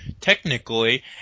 technically